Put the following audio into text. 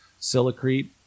silicrete